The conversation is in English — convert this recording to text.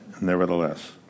nevertheless